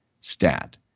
stat